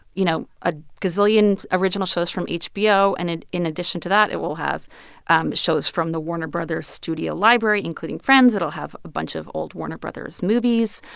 you know, a gazillion original shows from hbo. and in addition to that, it will have and shows from the warner bros. studio library, including friends. it'll have a bunch of old warner bros. movies,